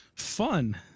fun